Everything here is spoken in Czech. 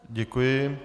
Děkuji.